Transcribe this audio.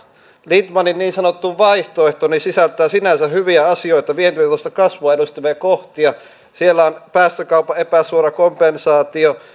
lindtmanin niin sanottu vaihtoehto sisältää sinänsä hyviä asioita vientivetoista kasvua edustavia kohtia siellä on päästökaupan epäsuora kompensaatio